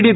D